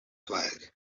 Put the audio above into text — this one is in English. flag